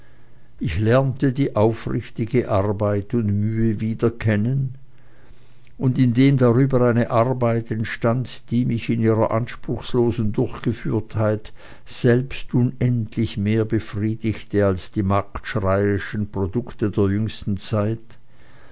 ich lernte die aufrichtige arbeit und mühe wieder kennen und indem darüber eine arbeit entstand die mich in ihrer anspruchlosen durchgeführtheit selbst unendlich mehr befriedigte als die marktschreierischen produkte der jüngsten zeit